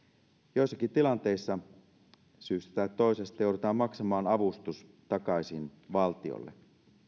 joissakin tilanteissa syystä tai toisesta joudutaan maksamaan avustus takaisin valtiolle